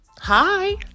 Hi